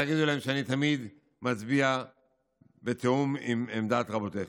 תגידו להם שאני תמיד מצביע בתיאום עם עמדת רבותיכם.